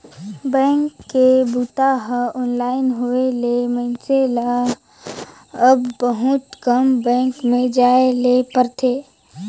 bank के बूता हर ऑनलाइन होए ले मइनसे ल अब बहुत कम बेंक में जाए ले परथे